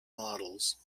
models